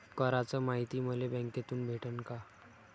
कराच मायती मले बँकेतून भेटन का?